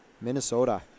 Minnesota